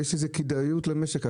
יש איזה כדאיות למשק.